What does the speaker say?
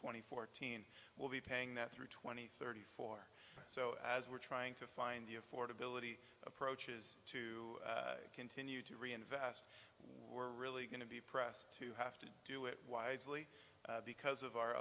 and fourteen will be paying that through twenty thirty four so as we're trying to find the affordability approach is to continue to reinvest were really going to be pressed to have to do it wisely because of our